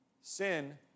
sin